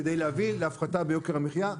כדי להביא להפחתה ביוקר המחיה.